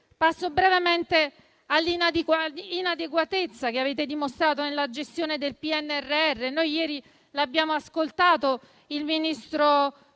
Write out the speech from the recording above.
Passo brevemente all'inadeguatezza che avete dimostrato nella gestione del PNRR: ieri abbiamo ascoltato il ministro